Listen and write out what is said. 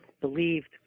believed